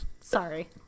sorry